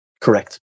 Correct